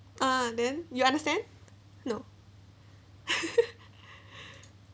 ah then you understand no